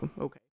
Okay